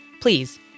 Please